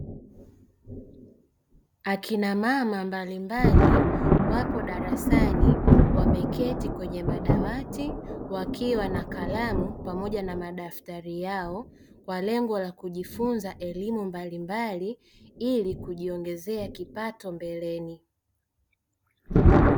Akina mama mbalimbali wapo darasani wameketi kwenye madawati wakiwa na kalamu pamoja na madaftari yao kwa lengo la kujifunza elimu mbali mbali ili kujipatia kipato mbeleni.